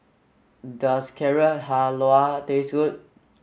does Carrot Halwa taste good